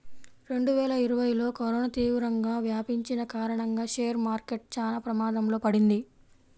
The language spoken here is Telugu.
రెండువేల ఇరవైలో కరోనా తీవ్రంగా వ్యాపించిన కారణంగా షేర్ మార్కెట్ చానా ప్రమాదంలో పడింది